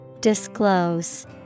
Disclose